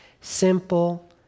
simple